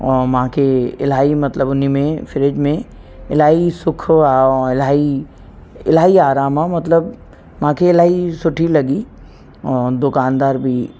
ऐं मूंखे इलाही मतिलबु उन में फ्रिज में इलाही सुख आहे ऐं इलाही इलाही आराम आहे मतिलबु मूंखे इलाही सुठी लॻी ऐं दुकानदार बि